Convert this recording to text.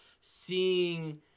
seeing